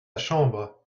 chambre